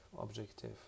objective